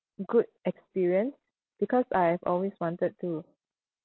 good experience because I have always wanted to